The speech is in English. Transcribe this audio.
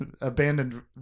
abandoned